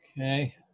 Okay